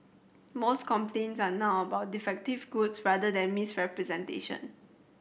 most complaints are now about defective goods rather than misrepresentation